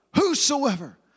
whosoever